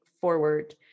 forward